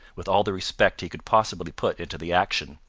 with all the respect he could possibly put into the action.